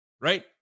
Right